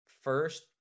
first